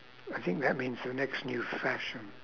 I think that means the next new fashion